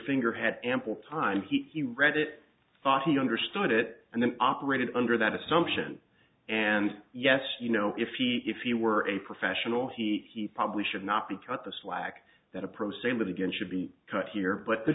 finger had ample time he he read it thought he understood it and then operated under that assumption and yes you know if you if you were a professional heat he probably should not be taught the slack that a pro se with again should be cut here but the